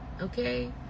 okay